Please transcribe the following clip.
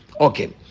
Okay